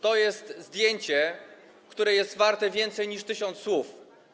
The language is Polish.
To jest zdjęcie, które jest warte więcej niż tysiąc słów.